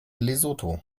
lesotho